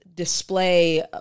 display